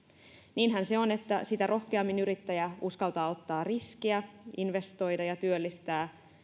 niinhän se on että sitä rohkeammin yrittäjä uskaltaa ottaa riskejä investoida ja työllistää